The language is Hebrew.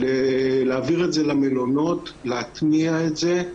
להעביר את זה למלונות ולהטמיע את זה.